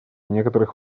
некоторых